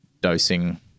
dosing